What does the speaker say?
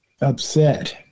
upset